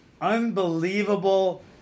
unbelievable